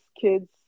kids